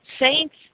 Saints